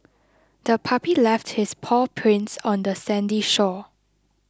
the puppy left its paw prints on the sandy shore